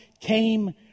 came